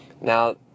Now